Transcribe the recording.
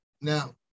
Now